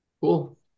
cool